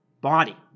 body